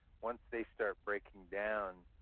once they start breaking down,